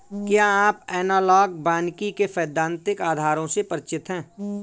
क्या आप एनालॉग वानिकी के सैद्धांतिक आधारों से परिचित हैं?